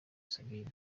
sabine